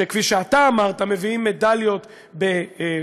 שכפי שאתה אמרת מביאים מדליות בסייבר,